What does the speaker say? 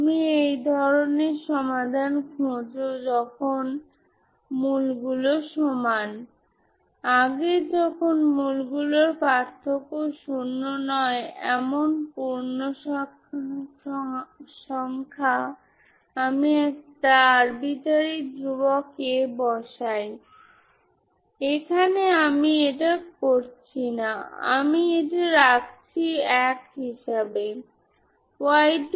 সুতরাং আপনি যখন মূল্যায়ন করবেন তখন এটি অবদান রাখবে না এবং তাই আপনি যা পান তা একই তাই আপনি পান bm2b aabfsin2mπb adx সুতরাং এগুলি আপনার ফোরিয়ার কোইফিসিয়েন্ট